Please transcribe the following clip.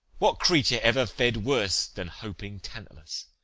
what creature ever fed worse than hoping tantalus?